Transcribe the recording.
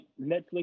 Netflix